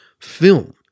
film